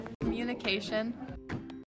Communication